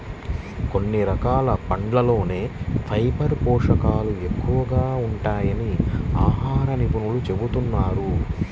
కొన్ని రకాల పండ్లల్లోనే ఫైబర్ పోషకాలు ఎక్కువగా ఉంటాయని ఆహార నిపుణులు చెబుతున్నారు